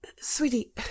Sweetie